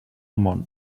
món